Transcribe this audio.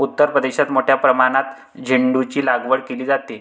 उत्तर प्रदेशात मोठ्या प्रमाणात झेंडूचीलागवड केली जाते